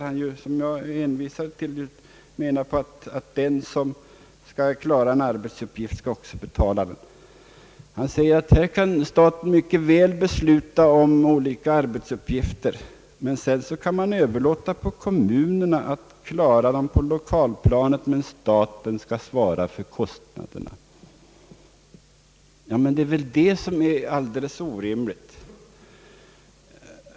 Han menar där att den som skall klara en arbetsuppgift också skall betala den. Han säger nu att här kan staten mycket väl besluta om olika arbetsuppgifter, och sedan kan man överlåta åt kommunerna att klara dem på lokalplanet, men staten skall svara för kostnaderna. Ja, det är väl alldeles orimligt.